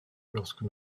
lorsque